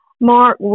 Mark